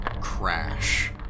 crash